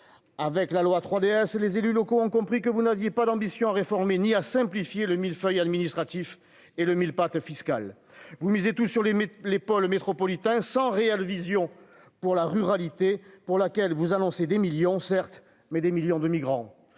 avec la loi 3DS les élus locaux ont compris que vous n'aviez pas d'ambition réformer ni à simplifier le mille-feuilles administratif et le mille-pattes fiscal vous misez tout sur les les pôles métropolitains sans réelle vision pour la ruralité pour laquelle vous annoncez des millions, certes, mais des millions de migrants,